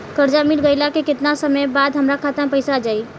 कर्जा मिल गईला के केतना समय बाद हमरा खाता मे पैसा आ जायी?